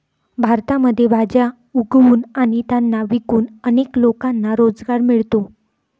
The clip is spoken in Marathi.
भारतामध्ये भाज्या उगवून आणि त्यांना विकून अनेक लोकांना रोजगार मिळतो